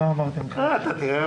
מכונאים ומתקיני